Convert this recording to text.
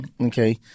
Okay